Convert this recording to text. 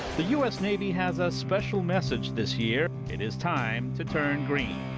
the u s. navy has a special message this year. it is time to turn green.